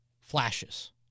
flashes